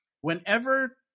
Whenever